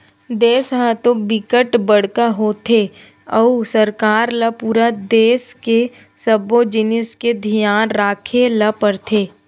देस ह तो बिकट बड़का होथे अउ सरकार ल पूरा देस के सब्बो जिनिस के धियान राखे ल परथे